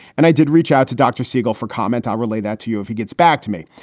and i did reach out to dr. siegel for comment. i relate that to you if he gets back to me.